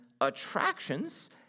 attractions